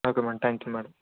okay madam thank you madam